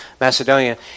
Macedonia